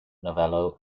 novello